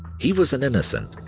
he was an innocent.